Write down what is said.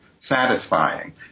satisfying